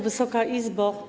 Wysoka Izbo!